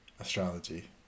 Astrology